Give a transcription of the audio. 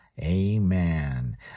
Amen